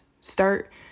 start